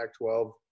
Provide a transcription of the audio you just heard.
12